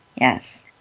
yes